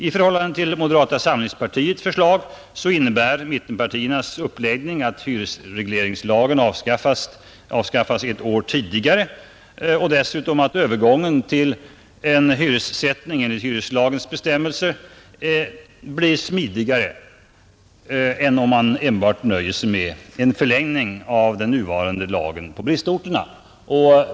I förhållande till moderata samlingspartiets förslag innebär mittenpartiernas uppläggning att hyresregleringslagen avskaffas ett år tidigare och dessutom att övergången till en hyressättning enligt hyreslagens bestämmelser blir smidigare än om man enbart nöjer sig med en förlängning av den nuvarande lagen på bristorterna.